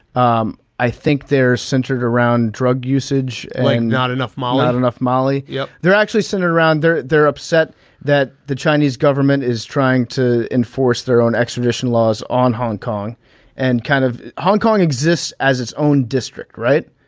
um i think they're centred around drug usage and not enough my loud enough marley. yeah they're actually sent around there. they're upset that the chinese government is trying to enforce their own extradition laws on hong kong and kind of hong kong exists as its own district right.